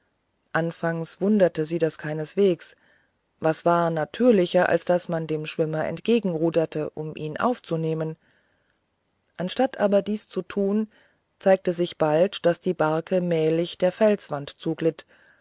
anfangs wunderte sie das keineswegs was war natürlicher als daß man dem schwimmer entgegenruderte um ihn aufzunehmen anstatt aber dies zu tun zeigte es sich bald daß die barke mählich der felsenwand zuglitt